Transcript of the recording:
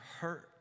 hurt